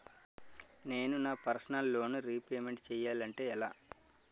నేను నా personal loan repayment చేయాలంటే ఎలా?